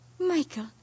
Michael